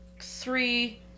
three